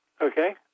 Okay